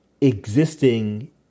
existing